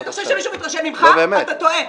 ואתה חושב שמישהו מתרשם ממך אתה טועה.